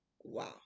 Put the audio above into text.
wow